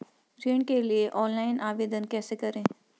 ऋण के लिए ऑनलाइन आवेदन कैसे करें?